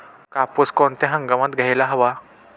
कापूस कोणत्या हंगामात घ्यायला हवा?